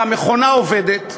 אלא המכונה עובדת.